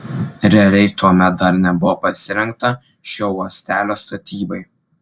realiai tuomet dar nebuvo pasirengta šio uostelio statybai